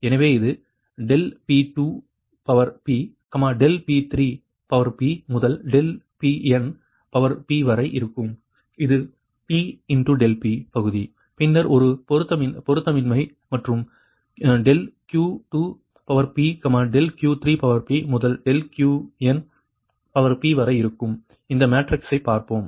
எனவே இது ∆P2 ∆P3 முதல் ∆Pn வரை இருக்கும் இது p∆P பகுதி பின்னர் ஒரு பொருத்தமின்மை மற்றும் ∆Q2 ∆Q3 முதல் ∆Qnவரை இருக்கும் இந்த மேட்ரிக்ஸை பார்க்கவும்